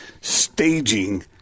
staging